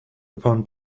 upon